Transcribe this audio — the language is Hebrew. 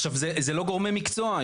זה לא גורמי מקצוע,